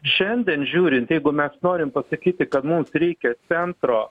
šiandien žiūrint jeigu mes norim pasakyti kad mums reikia centro